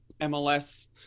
MLS